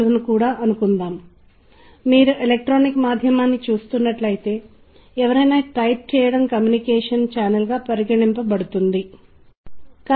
సంగీతం ఎలా పని చేస్తుందనే దాని గురించి మీరు జ్ఞానాన్ని లేదా అవగాహనను పెంపొందించుకున్నప్పుడు మీరు దానిని సమర్థవంతంగా ఉపయోగించుకోవడాన్ని మీరు చూస్తారు